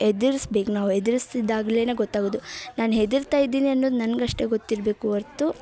ಎದುರ್ಸ್ಬೇಕು ನಾವು ಎದುರ್ಸ್ತಿದ್ದಾಗ್ಲೆ ಗೊತ್ತಾಗೋದು ನಾನ್ ಹೆದ್ರುತಾ ಇದ್ದೀನಿ ಅನ್ನೋದು ನನಗಷ್ಟೆ ಗೊತ್ತಿರಬೇಕು ಹೊರ್ತು